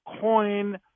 coin